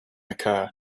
occur